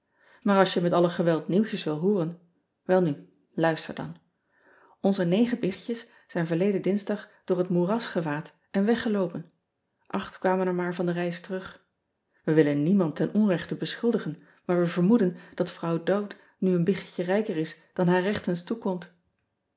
aar als je met alle geweld nieuwtjes wil hooren welnu luister dan nze negen biggetjes zijn verleden insdag door het moeras gewaad en weggeloopen cht kwamen er maar van de reis terug ij willen niemand ten onrechte be schuldigen maar wij vermoeden dat vrouw owd nu een biggetje rijker is dan haar rechtens toekomt